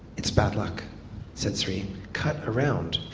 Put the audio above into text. it's bad luck said sri, cut around.